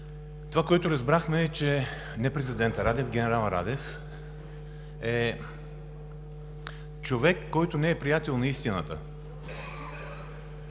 Това, което разбрахме, е, че не президентът Радев, генерал Радев е човек, който не е приятел на истината.